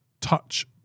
touch